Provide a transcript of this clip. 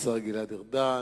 השר גלעד ארדן.